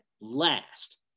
last